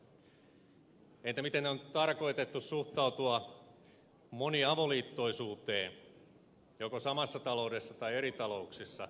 entä miten on tarkoitettu suhtautua moniavoliittoisuuteen joko samassa taloudessa tai eri talouksissa